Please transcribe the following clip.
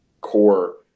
core